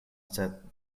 sed